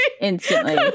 instantly